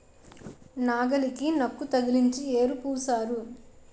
నాగలికి నక్కు తగిలించి యేరు పూశారు